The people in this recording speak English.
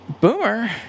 Boomer